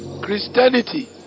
Christianity